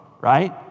right